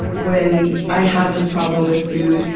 when i have this problem with food,